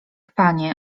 panie